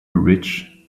rich